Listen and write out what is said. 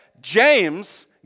James